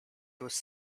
was